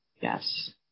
Yes